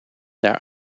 daar